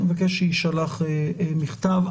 אני מבקש שיישלח מכתב.